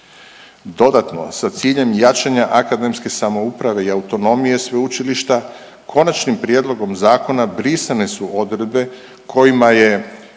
Dodatno sa ciljem jačanja akademske samouprave i autonomije sveučilišta konačnim prijedlogom zakona brisane su odredbe kojima je